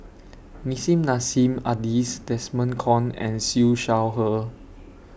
Nissim Nassim Adis Desmond Kon and Siew Shaw Her